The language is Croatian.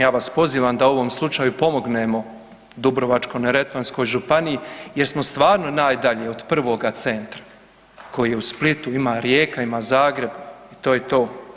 Ja vas pozivam da u ovom slučaju pomognemo Dubrovačko-neretvanskoj županiji jer smo stvarno najdalje od prvoga centra koji je u Splitu, ima Rijeka, ima Zagreb, to je to.